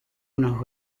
unos